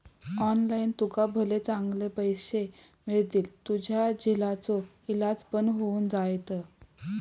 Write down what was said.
online तुका भले चांगले पैशे मिळतील, तुझ्या झिलाचो इलाज पण होऊन जायत